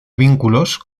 vínculos